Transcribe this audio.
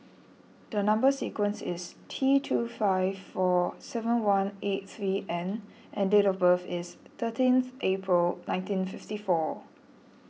the Number Sequence is T two five four seven one eight three N and date of birth is thirteenth April nineteen fifty four